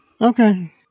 Okay